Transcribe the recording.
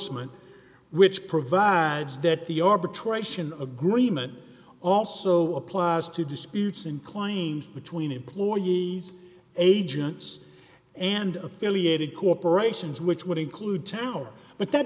indorsement which provides that the arbitration agreement also applies to disputes and claims between employee agents and affiliated corporations which would include towers but that